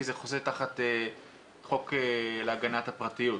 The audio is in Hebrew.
כי זה חוסה תחת החוק להגנת הפרטיות.